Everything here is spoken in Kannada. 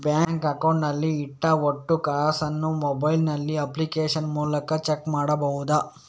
ಬ್ಯಾಂಕ್ ಅಕೌಂಟ್ ನಲ್ಲಿ ಇಟ್ಟ ಒಟ್ಟು ಕಾಸನ್ನು ಮೊಬೈಲ್ ನಲ್ಲಿ ಅಪ್ಲಿಕೇಶನ್ ಮೂಲಕ ಚೆಕ್ ಮಾಡಬಹುದಾ?